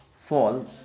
fall